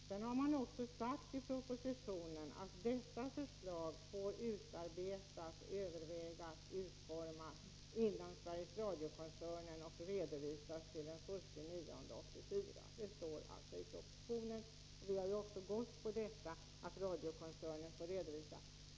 Sedan har man också sagt i propositionen att detta förslag får övervägas och utformas inom Sveriges Radio-koncernen och redovisas till den I september 1984. Det står alltså i propositionen — och vi har ju också tagit fasta på detta — att radiokoncernen får redovisa.